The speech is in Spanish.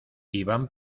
ivan